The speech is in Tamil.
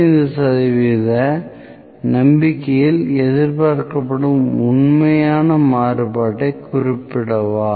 95 சதவிகித நம்பிக்கையில் எதிர்பார்க்கப்படும் உண்மையான மாறுபாட்டைக் குறிப்பிடவா